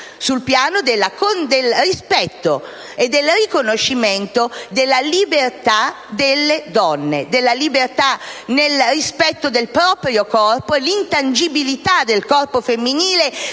sul piano del rispetto e del riconoscimento della libertà delle donne, della libertà nel rispetto del proprio corpo e dell'intangibilità del corpo femminile,